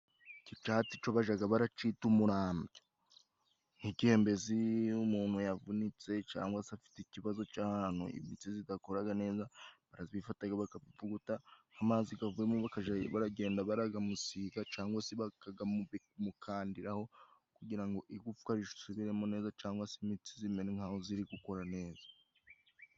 Iki cyatsi cyo bajya bacyita umurambya, nk'igihe mbese umuntu yavunitse cyangwa se afite ikibazo cy'ahantu imitsi idakora neza, barabifata bakabivuguta, amazi avuyemo bakajya bagenda bayamusigiraho, cyangwa se bayamukandiraho, kugira ngo igufwa risubiremo neza, cyangwa se imitsi imere nk'aho iri gukora neza.